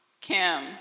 Kim